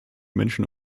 menschen